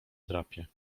drapie